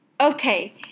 Okay